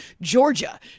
Georgia